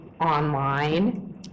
online